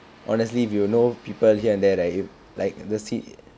honestly if you know people here and there right like the seat